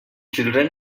children